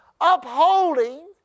upholding